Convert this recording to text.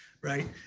Right